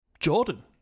Jordan